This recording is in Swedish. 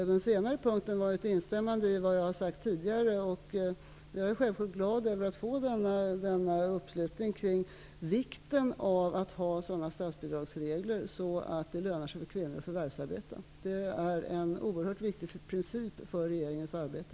I den senare delen var inlägget ett instämmande i vad jag sagt tidigare, och jag är självfallet glad för att få denna uppslutning kring vikten av att ha sådana statsbidragsregler att det lönar sig för kvinnor att förvärvsarbeta. Det är en oerhört viktig princip för regeringens arbete.